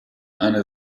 eine